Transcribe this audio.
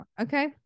okay